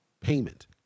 payment